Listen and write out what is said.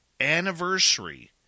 anniversary